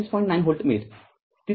९ volt मिळेल